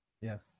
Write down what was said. Yes